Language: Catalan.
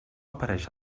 apareix